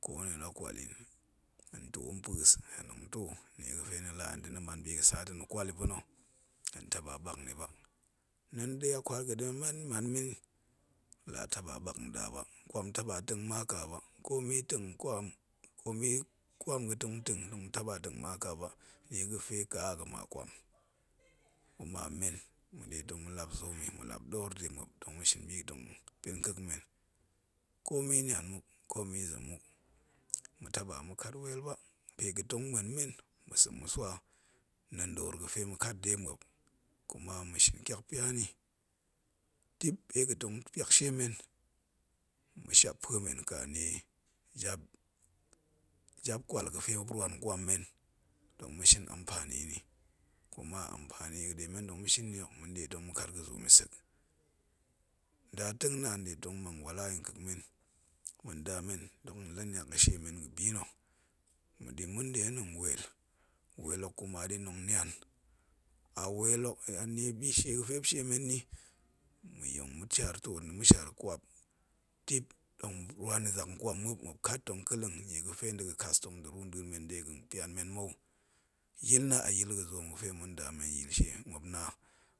Ko ni la kwal yin hen too mpa̱a̱s hen tong too nnie ga̱fe ni la hen ta̱ ni man bi ga̱sa ta̱ ni kwat yi pa̱na̱, hen taɓa ɓak ni ba. laa taɓa ɓak nda ba kwam taɓa teng ma ƙa ba, komi teng kwam, komi kwan ga̱ tong teng, tong taɓa teng ma ƙa ba, nnie ga̱fe ka a ga̱ma kwam, kuma men, ma̱nɗe tong ma̱tap zoom yi, ma̱lap ɗoor de muop tong ma shin bi ga̱tong pen kek men, komi nian muk komi zem muk ma̱ taɓa ma̱ kat weel ba pe ga̱tong muen men, ma̱sa̱ ma̱ swa, nɗa̱a̱n ɗoor ga̱fe ma̱kat de muop, kuma ma̱shin tyak pya nni, dip pe ga̱tong pyak shie men, ma̱saap pue men ka nie jap, jap kwal ga̱pe muop rwan nkwam men, tong ma̱shin ampani nni, kuma ampani ga̱ɗe men tong ma̱shin yi nni hek manɗe tong ma̱kat ga̱zoom yi sek ndatengnaan nde tong mang wala yi nkek men ma̱nda men dok ɗin la niang ga̱shie men ga̱ɓi nna̱, ma̱ ɗin ma̱nɗe nɗa̱a̱n weel, weel hok kuma ɗin tong nian, aweel hok mnie bishie ga̱pe muop shie men nni, ma̱yong mashaar twool nda̱ ma̱shaar kwap dip tong ma̱rwan yi zak nkwam muop, muop kat tong kelleng nnie ga̱fe nda ga̱kas tong ru nɗa̱a̱n men dega̱n pyan men mou, yil nna̱ a yil gazaam ga̱fe ma̱nda men ya̱a̱l shie muop na,